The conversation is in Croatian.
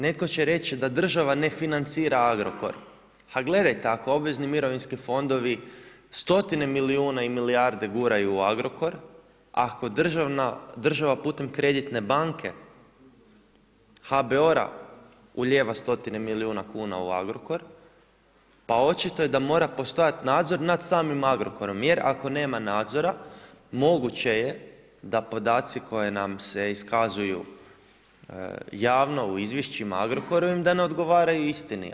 Netko će reći da država ne financira Agrokor, ha gledajte ako obvezni mirovinski fondovi stotine milijuna i milijarde guraju u Agrokor, ako država putem kreditne banke HBOR-a ulijeva stotine milijuna kuna u Agrokor pa očito je da mora postojati nadzor nad samim Agrokorom jer ako nema nadzora moguće je da podaci koji nam se iskazuju javno u izvješćima Agrokorovim da ne odgovaraju istini.